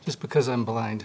just because i'm blind